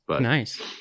Nice